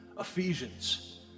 Ephesians